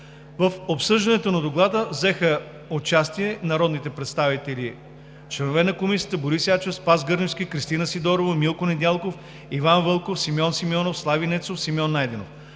В обсъждането на Доклада взеха участие народните представители, членове на Комисията – Борис Ячев, Спас Гърневски, Кристина Сидорова, Милко Недялков, Иван Вълков, Симеон Симеонов, Слави Нецов и Симеон Найденов.